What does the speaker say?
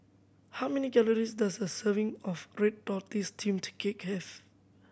how many calories does a serving of red tortoise steamed cake have